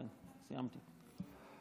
כן, סיימתי.